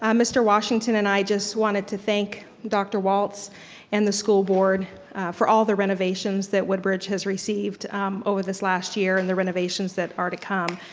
um mr. washington and i just wanted to thank dr. walts and the school board for all the renovations that woodbridge has received over this last year and the renovations that are to come.